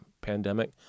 pandemic